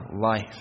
life